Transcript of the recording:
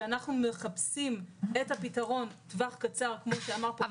שאנחנו מחפשים את הפתרון 'טווח קצר' כמו שאמר פה --- אבל